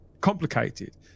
complicated